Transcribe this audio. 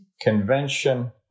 convention